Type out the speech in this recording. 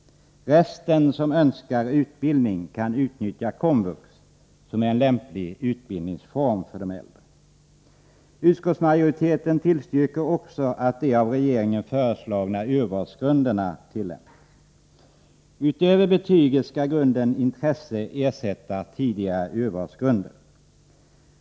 Resten kan utnyttja Komvux som en lämplig utbildningsform. Utskottsmajoriten tillstyrker också att de av regeringen föreslagna urvalsgrunderna tillämpas. Utöver betyget skall grunden intresse ersätta tidigare urvalsgrunder.